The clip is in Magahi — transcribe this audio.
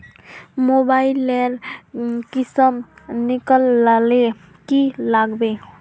मोबाईल लेर किसम निकलाले की लागबे?